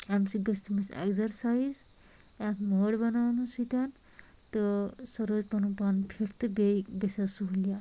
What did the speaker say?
اَمہِ سۭتۍ گژھہِ تٔمِس ایٚگزرسایز اَمہِ وٲر بَناونہٕ سۭتۍ تہٕ سۄ روزِ پَنُن پان فٹ تہٕ بیٚیہِ گژھیٚس سہوٗلیت